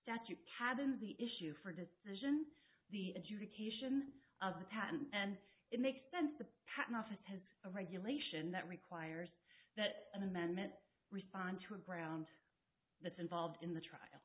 statute had been the issue for decision the adjudication of the patent and it makes sense the patent office has a regulation that requires that an amendment respond to a ground that is involved in the trial